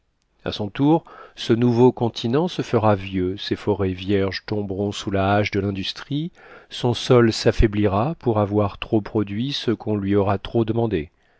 a son tour ce nouveau continent se fera vieux ses forêts vierges tomberont sous la hache de l'industrie son sol s'affaiblira pour avoir trop produit ce qu'on lui aura trop demandé